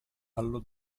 allo